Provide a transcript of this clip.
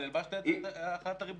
אבל הלבשת את זה על החלת הריבונות.